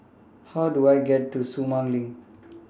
How Do I get to Sumang LINK